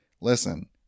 Listen